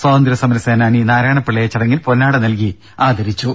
സ്വാതന്ത്ര്യ സമര സേനാനി നാരായണ പിള്ളയെ ചടങ്ങിൽ പൊന്നാട നൽകി ആദരിച്ചു